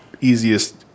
easiest